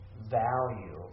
value